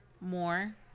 more